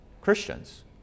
christians